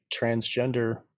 transgender